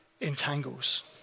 entangles